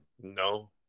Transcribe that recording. no